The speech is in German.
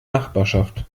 nachbarschaft